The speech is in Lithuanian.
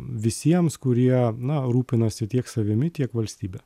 visiems kurie na rūpinasi tiek savimi tiek valstybe